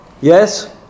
Yes